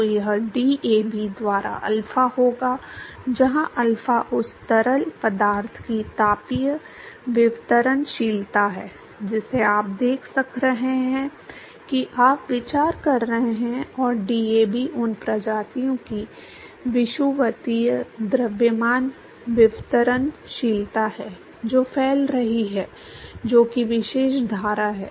तो यह डीएबी द्वारा अल्फा होगा जहां अल्फा उस तरल पदार्थ की तापीय विवर्तनशीलता है जिसे आप देख रहे हैं कि आप विचार कर रहे हैं और डीएबी उन प्रजातियों की विषुवतीय द्रव्यमान विवर्तनशीलता है जो फैल रही हैं जो कि विशेष धारा है